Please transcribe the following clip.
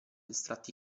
estratti